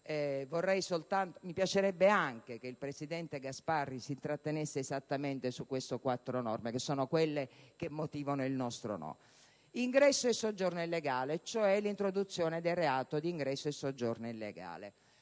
mi piacerebbe che anche il presidente Gasparri si intrattenesse su queste quattro norme, che sono quelle che motivano il nostro no. In primo luogo, vi è l'introduzione del reato di ingresso e soggiorno illegale,